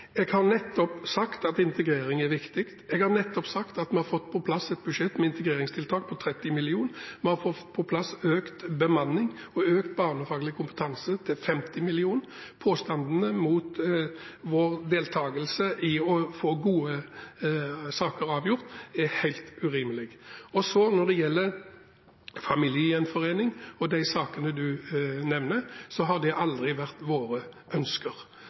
Jeg har nettopp sagt at integrering er viktig. Jeg har nettopp sagt at vi har fått på plass et budsjett med integreringstiltak på 30 mill. kr. Vi har fått på plass økt bemanning og økt barnefaglig kompetanse til 50 mill. kr. Påstandene mot vår deltakelse i å få gode saker avgjort er helt urimelige. Når det gjelder familiegjenforening og de sakene representanten nevner, så har det aldri vært våre ønsker.